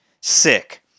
sick